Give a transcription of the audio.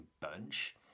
bunch